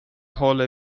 håller